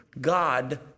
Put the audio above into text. God